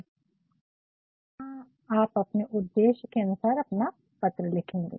फिर यहाँ आप अपने उद्देश्य के अनुसार अपना पत्र लिखेंगे